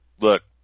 Look